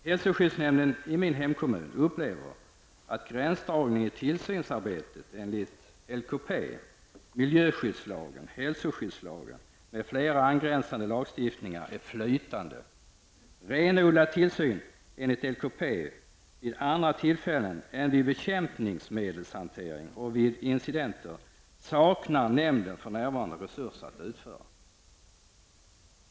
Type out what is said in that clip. Hälsoskyddsnämnden i min hemkommun upplever att gränsdragningen i tillsynsarbetet enligt LKP, miljöskyddslagen, hälsoskyddslagen m.fl. angränsande lagstiftningar är flytande. Renodlad tillsyn enligt LKP vid andra tillfällen än vid bekämpningsmedelshantering och vid incidenter saknar nämnden för närvarande resurser att utföra.